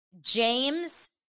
James